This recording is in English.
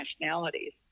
nationalities